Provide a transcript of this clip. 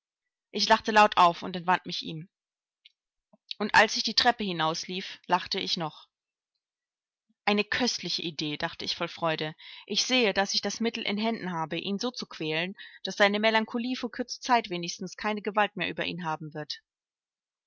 ich lachte laut auf und entwand mich ihm und als ich die treppe hinauflief lachte ich noch eine köstliche idee dachte ich voll freude ich sehe daß ich das mittel in händen habe ihn so zu quälen daß seine melancholie für kurze zeit wenigstens keine gewalt mehr über ihn haben wird